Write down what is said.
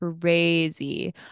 crazy